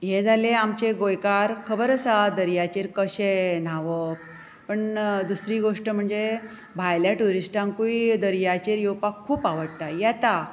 हे जाले आमचे गोंयकार खबर आसा दर्याचेर कशें न्हांवप पण दुसरी गोश्ठ म्हणजे भायल्या टुरीस्टांकूय दर्याचेर येवपाक खूब आवडटा येता